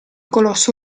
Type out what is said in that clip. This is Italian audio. colosso